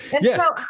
Yes